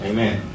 Amen